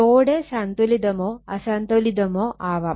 load സന്തുലിതമോ അസന്തുലിതമോ ആവാം